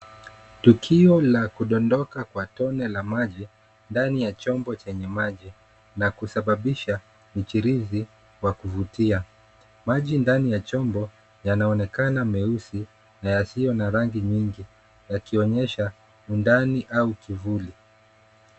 Tukio la kudondoka kwa tone la maji ndani ya chombo chenye maji na kusababisha mchirizi wa kuvutia. Maji ndani ya chombo yanaonekana meusi na yasiyo na rangi nyingi yakionyesha undani au kivuli